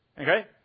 Okay